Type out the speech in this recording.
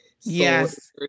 Yes